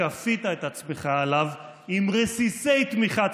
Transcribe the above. שכפית את עצמך עליו עם רסיסי תמיכה ציבורית,